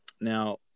Now